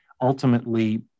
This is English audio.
Ultimately